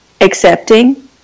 accepting